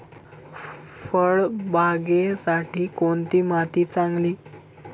फळबागेसाठी कोणती माती चांगली?